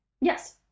Yes